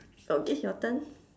okay your turn